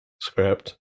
script